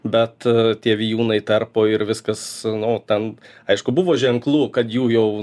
bet tie vijūnai tarpo ir viskas nu ten aišku buvo ženklų kad jų jau